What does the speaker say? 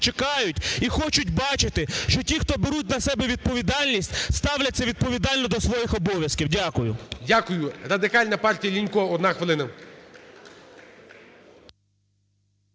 чекають і хочуть бачити, що ті, хто беруть на себе відповідальність, ставляться відповідально до свої обов'язків. Дякую. ГОЛОВУЮЧИЙ. Дякую. Радикальна партія, Лінько, одна хвилина.